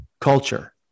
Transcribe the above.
culture